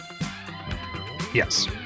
Yes